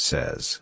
Says